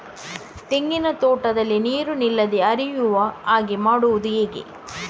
ತೆಂಗಿನ ತೋಟದಲ್ಲಿ ನೀರು ನಿಲ್ಲದೆ ಹರಿಯುವ ಹಾಗೆ ಮಾಡುವುದು ಹೇಗೆ?